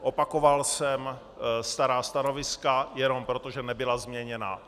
Opakoval jsem stará stanoviska jenom proto, že nebyla změněna.